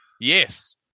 Yes